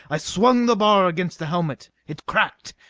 i swung the bar against the helmet. it cracked.